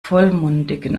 vollmundigen